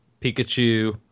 Pikachu